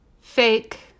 Fake